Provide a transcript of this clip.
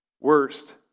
worst